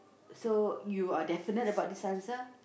so you are definite about this answer